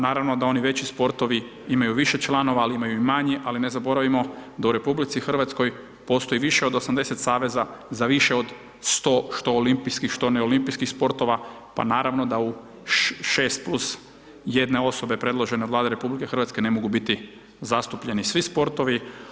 Naravno da oni veći sportovi imaju više članova ali imaju i manje ali ne zaboravimo da u RH postoji više od 80 saveza za više od 100 što olimpijskih, što neolimpijskih sportova pa naravno da u 6+1 osobe predložene o Vlade RH ne mogu biti zastupljeni svi sportovi.